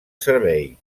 servei